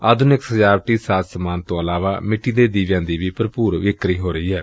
ਆਧੁਨਿਕ ਸਜਾਵਟੀ ਸਾਜ਼ ਸਮਾਨ ਤੋਂ ਇਲਾਵਾ ਮਿੱਟੀ ਦੀ ਦੀਵਿਆਂ ਦੀ ਵੀ ਭਰਪੁਰ ਵਿਕਰੀ ਹੋ ਰਹੀ ਏ